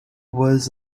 was